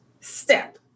step